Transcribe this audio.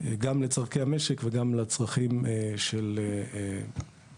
גם לצרכי המשק וגם לצרכים של הייצוא,